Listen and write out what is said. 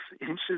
inches